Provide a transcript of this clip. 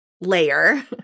layer